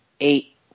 eight